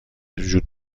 وجود